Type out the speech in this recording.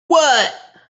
what